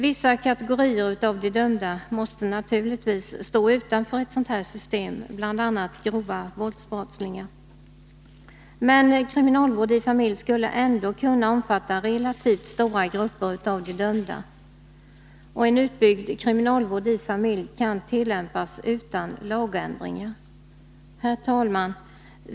Vissa kategorier av de dömda måste naturligtvis stå utanför 30 ett sådant system, bl.a. grova våldsbrottslingar, men kriminalvård i familj skulle ändå kunna omfatta relativt stora grupper av de dömda. En utbyggd kriminalvård i familj kan tillämpas utan lagändringar. Herr talman!